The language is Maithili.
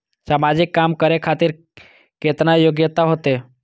समाजिक काम करें खातिर केतना योग्यता होते?